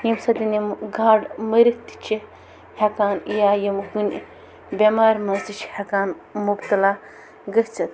ییٚمہِ سۭتۍ یِم گاڈٕ مٔرِتھ تہِ چھِ ہٮ۪کان یا یِم کُنہِ بٮ۪مارِ منٛز تہِ چھِ ہٮ۪کان مُبتلا گٔژِتھ